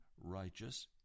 righteous